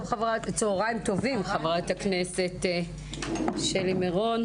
צהריים טובים, חברת הכנסת שלי מירון.